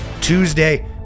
Tuesday